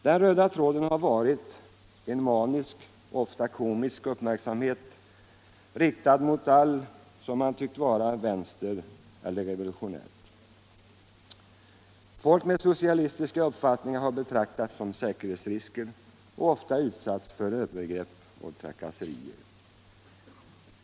Den röda tråden har varit en manisk och ofta komisk uppmärksamhet, riktad mot allt som man tyckt vara vänster eller revolutionärt. Folk med socialistiska uppfattningar har betraktats som säkerhetsrisker och ofta utsatts för övergrepp och trakasserier.